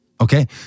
Okay